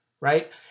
right